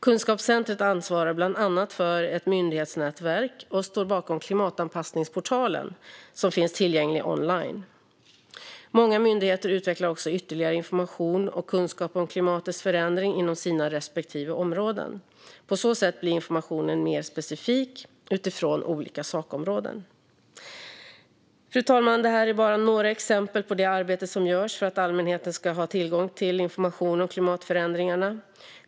Kunskapscentrumet ansvarar bland annat för ett myndighetsnätverk och står bakom klimatanpassningsportalen som finns tillgänglig online. Många myndigheter utvecklar också ytterligare information och kunskap om klimatets förändring inom sina respektive områden. På så sätt blir informationen mer specifik utifrån olika sakområden. Fru talman! Det här är bara några exempel på det arbete som görs för att allmänheten ska ha tillgång till information om klimatförändringarna.